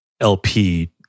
LP